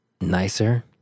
nicer